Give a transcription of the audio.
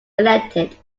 elected